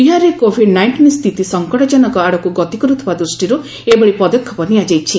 ବିହାରରେ covid nineteen ସ୍ଥିତି ସଫକଟଜନକ ଆଡ଼କୁ ଗତ କରୁଥିବା ଦୃଷ୍ଟିରୁ ଏଭଳି ପଦକ୍ଷେପ ନିଆଯାଇଛି